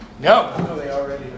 No